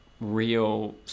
real